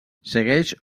segueix